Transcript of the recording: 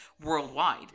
worldwide